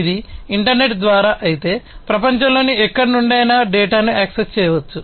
ఇది ఇంటర్నెట్ ద్వారా అయితే ప్రపంచంలోని ఎక్కడి నుండైనా డేటాను యాక్సెస్ చేయవచ్చు